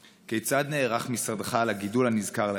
1. כיצד נערך משרדך לגידול הנזכר לעיל?